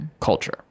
culture